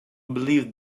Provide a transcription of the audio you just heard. believed